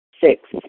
Six